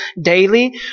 daily